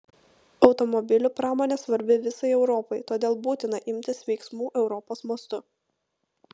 automobilių pramonė svarbi visai europai todėl būtina imtis veiksmų europos mastu